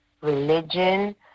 religion